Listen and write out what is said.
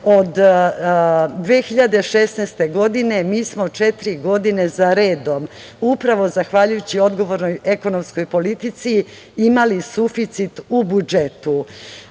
od 2016. godine mi smo četiri godine zaredom, upravo zahvaljujući odgovornoj ekonomskoj politici, imali suficit u budžetu. Tokom